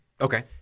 Okay